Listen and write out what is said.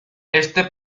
este